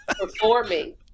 performing